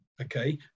okay